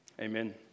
amen